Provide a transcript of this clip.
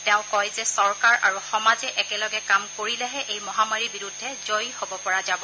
তেওঁ কয় যে চৰকাৰ আৰু সমাজে একেলগে কাম কৰিলেহে এই মহামাৰীৰ বিৰুদ্ধে জয়ী হ'ব পৰা যাব